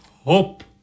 hope